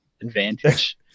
advantage